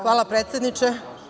Hvala, predsedniče.